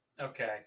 Okay